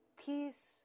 peace